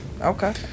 Okay